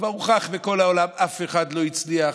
כבר הוכח בכל העולם: אף אחד לא הצליח.